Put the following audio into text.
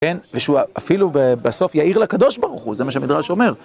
כן, ושהוא אפילו בסוף יאיר לקדוש ברוך הוא, זה מה שמדרש אומר.